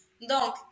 Donc